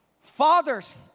Fathers